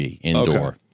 indoor